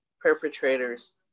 perpetrators